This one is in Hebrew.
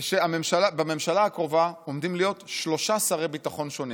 זה שבממשלה הקרובה עומדים להיות שלושה שרי ביטחון שונים,